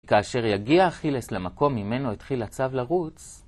כאשר יגיע אכילס למקום ממנו התחיל הצב לרוץ.